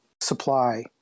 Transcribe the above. supply